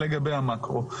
לגבי המאקרו.